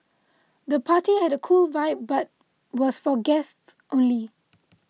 the party had a cool vibe but was for guests only